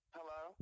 Hello